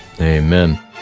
Amen